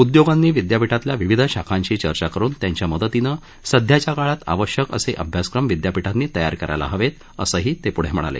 उदयोगांनी विदयापीठातल्या विविध शाखांशी चर्चा करुन त्यांच्या मदतीन सध्याच्या काळात आवश्यक असे अभ्यासक्रम विद्यापीठांनी तयार करायला हवेत असंही ते प्ढं म्हणाले